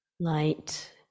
light